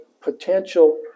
potential